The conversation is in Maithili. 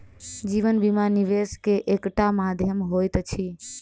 जीवन बीमा, निवेश के एकटा माध्यम होइत अछि